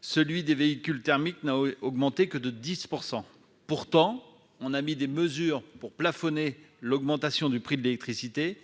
celui des véhicules thermiques n'a augmenté que de 10 % pourtant, on a mis des mesures pour plafonner l'augmentation du prix de l'électricité,